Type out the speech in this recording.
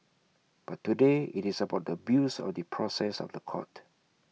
but today IT is about the abuse of the process of The Court